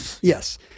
Yes